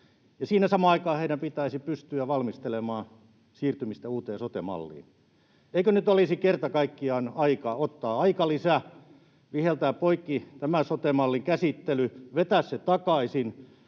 ja siinä samaan aikaan heidän pitäisi pystyä valmistelemaan siirtymistä uuteen sote-malliin. Eikö nyt olisi kerta kaikkiaan aika ottaa aikalisä, viheltää poikki tämä sote-mallin käsittely, vetää se takaisin,